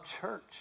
church